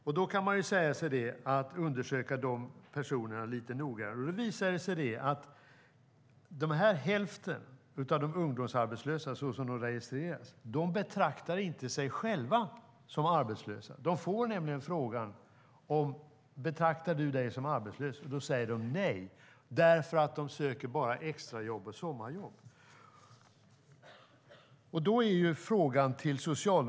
Om man då undersöker de personerna lite noggrannare visar det sig att hälften av de ungdomsarbetslösa, såsom de registreras, själva inte betraktar sig som arbetslösa. De får nämligen frågan: Betraktar du dig som arbetslös? De säger nej, eftersom de bara söker extrajobb och sommarjobb.